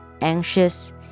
anxious